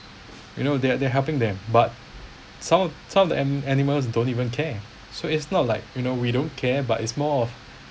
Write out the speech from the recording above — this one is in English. you know that they are helping them but some some of the animal animals don't even care so it's not like you know we don't care but it's more of